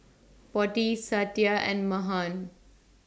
Potti Satya and Mahan